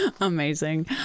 Amazing